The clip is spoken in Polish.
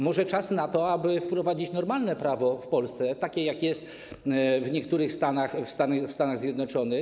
Może czas na to, aby wprowadzić normalne prawo w Polsce, takie jakie jest w niektórych stanach Stanów Zjednoczonych.